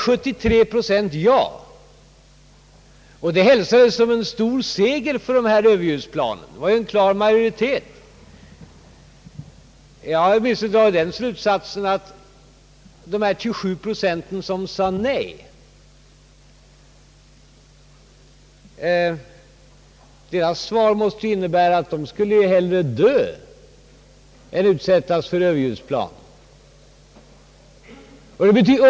73 procent svarade ja, vilket hälsades som en stor seger för överljudsplanen — det var ju en klar majoritet. Jag har dragit den slutsatsen att för de 27 procent som svarade nej måste svaret innebära att de hellre skulle dö än utsättas för överljudsplan.